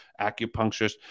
acupuncturist